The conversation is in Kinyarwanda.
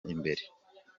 imbere